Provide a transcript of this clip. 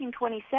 1927